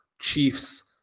Chiefs